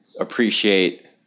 appreciate